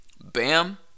Bam